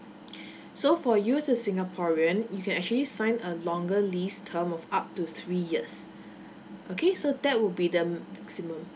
so for you as a singaporean you can actually sign a longer lease term of up to three years okay so that will be the m~ maximum